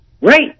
Right